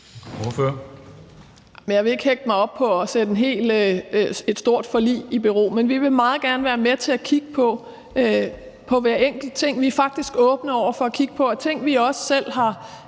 Jeg vil ikke hænge mig op på at sætte et stort forlig i bero. Men vi vil meget gerne være med til at kigge på hver enkelt ting. Vi er faktisk åbne over for at kigge på, at nogle af de ting, vi også selv har